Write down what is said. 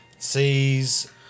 Sees